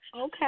Okay